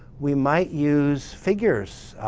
we might use figures.